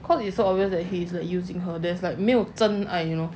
cause it's so obvious that he's using her there's like 没有真爱 you know